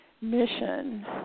mission